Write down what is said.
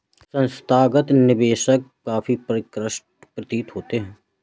संस्थागत निवेशक काफी परिष्कृत प्रतीत होते हैं